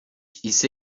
ise